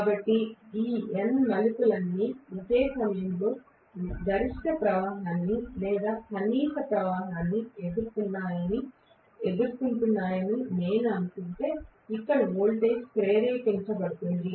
కాబట్టి ఈ N మలుపులన్నీ ఒకే సమయంలో గరిష్ట ప్రవాహాన్ని లేదా కనీస ప్రవాహాన్ని ఎదుర్కొంటున్నాయని నేను అనుకుంటే ఇక్కడ వోల్టేజ్ ప్రేరేపించబడుతుంది